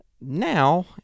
Now